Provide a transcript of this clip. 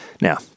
Now